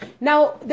Now